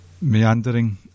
meandering